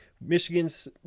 Michigan's